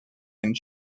and